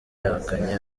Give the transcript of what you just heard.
yahakanye